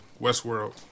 Westworld